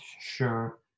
sure